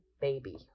baby